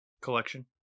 Collection